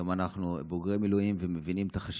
גם אנחנו בוגרי מילואים ומבינים את החשיבות,